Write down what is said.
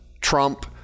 Trump